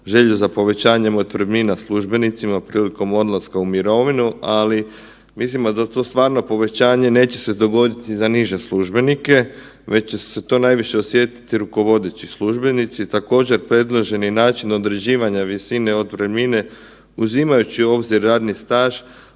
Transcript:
želju za povećanjem otpremnina službenicima prilikom odlaska u mirovinu, ali mislimo da to stvarno povećanje neće se dogoditi za niže službenike već će se to najviše osjetiti rukovodeći službenici, također, predloženi način određivanja visine otpremnine uzimajući u obzir radni staž